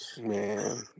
Man